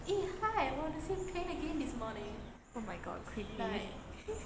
oh my god creepy